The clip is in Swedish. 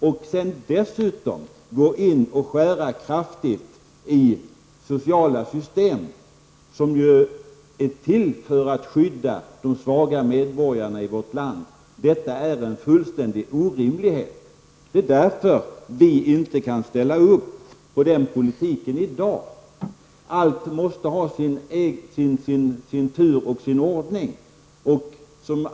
Sedan vill man dessutom gå in och skära kraftigt i sociala system som är till för att skydda de svaga medborgarna i vårt land. Detta är en fullständig orimlighet. Det är därför vi inte kan ställa upp på den politiken i dag. Allt måste ha sin tur och sin ordning.